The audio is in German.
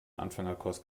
anfängerkurs